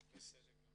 אוקי, בסדר גמור.